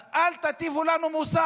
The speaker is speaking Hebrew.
אז אל תטיפו לנו מוסר.